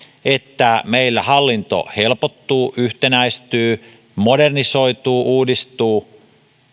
että meillä hallinto helpottuu yhtenäistyy modernisoituu uudistuu